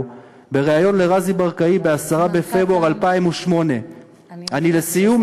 בריאיון לרזי ברקאי ב-10 בפברואר 2008. לסיום,